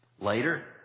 Later